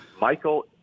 Michael